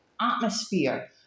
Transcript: atmosphere